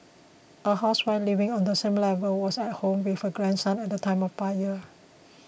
a housewife living on the same level was at home with her grandson at the time of the fire